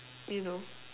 you know